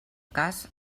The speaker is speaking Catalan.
cas